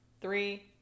three